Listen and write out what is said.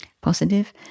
positive